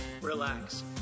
relax